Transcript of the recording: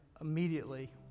Immediately